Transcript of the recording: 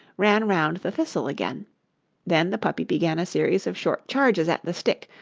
ran round the thistle again then the puppy began a series of short charges at the stick,